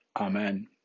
Amen